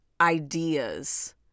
ideas